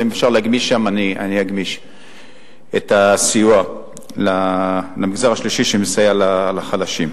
ואם אפשר להגמיש שם אני אגמיש את הסיוע למגזר השלישי שמסייע לחלשים.